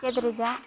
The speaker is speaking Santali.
ᱪᱮᱫ ᱨᱮᱭᱟᱜ